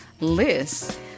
list